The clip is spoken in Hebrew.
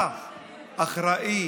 אתה אחראי